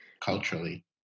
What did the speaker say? culturally